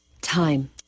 Time